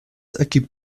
ergibt